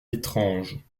étrange